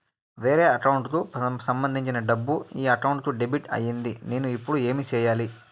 వేరే అకౌంట్ కు సంబంధించిన డబ్బు ఈ అకౌంట్ కు డెబిట్ అయింది నేను ఇప్పుడు ఏమి సేయాలి